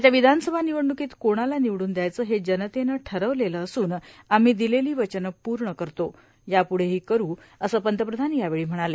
येत्या विधावसभा निवडणुकीत कोणाला बिवडून दद्यायचं हे जवतेनं ठरवलेलं असूब आम्ही दिलेली वचनं पूर्ण करतो याप्रवेही करू असंठी पंतप्रधान यावेळी म्हणाले